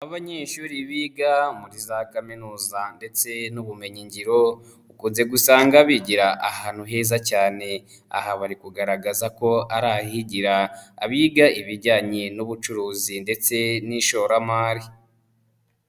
Abanyeshuri biga muri za kaminuza ndetse n'ubumenyingiro ukunze gusanga bigira ahantu heza cyane, aha bari kugaragaza ko ari ahigira abiga ibijyanye n'ubucuruzi ndetse n'ishoramari.